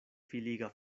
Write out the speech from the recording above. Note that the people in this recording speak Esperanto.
filiga